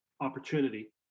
opportunity